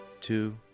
two